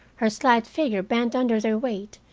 her slight figure bent under their weight,